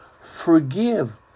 forgive